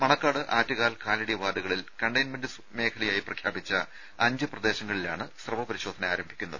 മണക്കാട് ആറ്റുകാൽ കാലടി വാർഡുകളിൽ കണ്ടെയ്ൻമെന്റ് മേഖലയായി പ്രഖ്യാപിച്ച അഞ്ച് പ്രദേശങ്ങളിലാണ് സ്രവ പരിശോധന ആരംഭിക്കുന്നത്